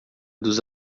dos